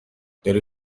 داری